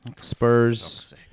Spurs